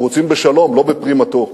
אנחנו רוצים בשלום, לא בפרימתו.